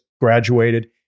graduated